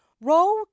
Row